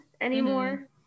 anymore